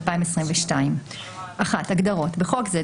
התשפ"ב-2022 הגדרות 1. בחוק זה,